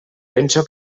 penso